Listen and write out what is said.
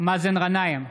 מאזן גנאים,